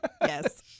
Yes